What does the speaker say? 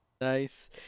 Nice